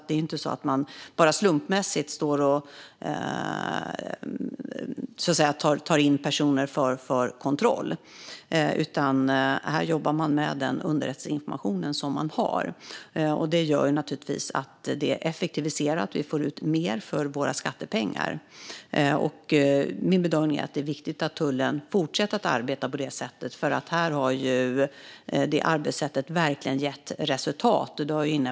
Det är inte så att man bara slumpmässigt tar in personer för kontroll, utan man jobbar med den underrättelseinformationen som man har. Det gör naturligtvis att det är effektiviserat. Vi får ut mer för våra skattepengar. Min bedömning är att det är viktigt att tullen fortsätter att arbeta på det sättet, för detta arbetssätt har verkligen gett resultat.